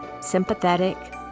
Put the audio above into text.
sympathetic